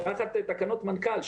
תחת תקנות מנכ"ל,